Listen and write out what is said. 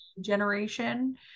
generation